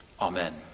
Amen